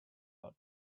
out